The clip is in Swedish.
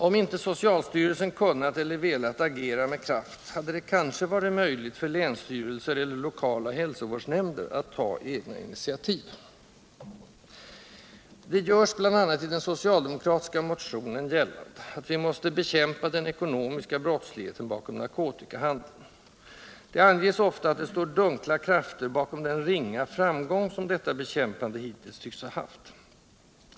Om inte socialstyrelsen kunnat eller velat agera med kraft hade det kanske varit möjligt för länsstyrelser och lokala hälsovårdsnämnder att ta egna initiativ. Det görs, bl.a. i den socialdemokratiska motionen, gällande att vi måste bekämpa ”den ekonomiska brottsligheten” bakom narkotikahandeln. Det anges ofta att det står dunkla krafter bakom den ringa framgång som detta bekämpande hittills tycks ha haft.